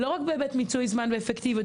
לא רק בהיבט מיצוי זמן ואפקטיביות,